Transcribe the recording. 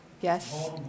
Yes